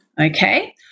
Okay